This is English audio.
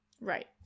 right